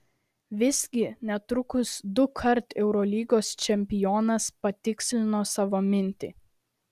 visgi netrukus dukart eurolygos čempionas patikslino savo mintį